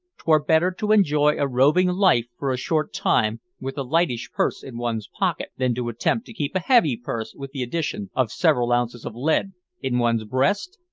twere better to enjoy a roving life for a short time with a lightish purse in one's pocket, than to attempt to keep a heavy purse with the addition of several ounces of lead in one's breast!